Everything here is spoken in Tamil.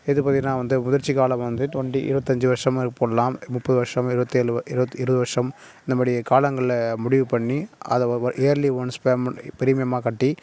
இது பார்த்தீங்கன்னா வந்து முதிர்ச்சி காலம் வந்து டுவெண்டி இருபத்தஞ்சி வருஷம் மாரி போடலாம் முப்பது வருஷம் இருபத்தேழு இருபத் இருபது வருஷம் இந்த மாதிரி காலங்களை முடிவு பண்ணி அதை வ வ இயர்லி ஒன்ஸ் பேமண்ட் பிரீமியமாக கட்டி